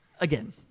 again